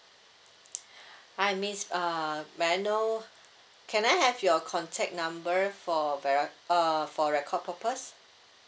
hi miss uh may I know can I have your contact number for veri~ uh for record purpose